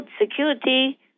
security